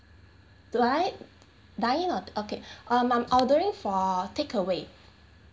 do I buying uh okay um ordering for takeaway